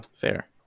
Fair